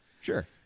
Sure